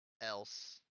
else